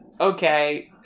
Okay